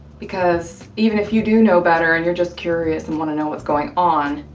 because even if you do know better and you're just curious and wanna know what's going on,